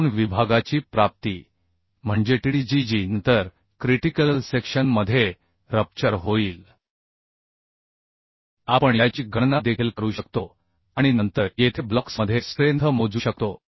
एकूण विभागाची प्राप्ती म्हणजेTdgजी नंतर क्रिटिकल सेक्शन मधे रप्चर होईल आपण याची गणना देखील करू शकतो आणि नंतर येथे ब्लॉक्समध्ये स्ट्रेंथ मोजू शकतो